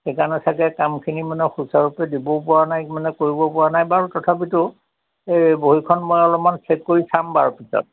সেইকাৰণে চাগে কামখিনি মানে সুচাৰুৰূপে দিবও পৰা নই মানে কৰিব পৰা নাই বাৰু তথাপিটো এই বহীখন মই অলপমান চেক কৰি চাম বাৰু পিছত